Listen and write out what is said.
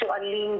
שואלים,